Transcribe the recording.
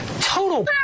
total